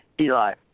Eli